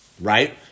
right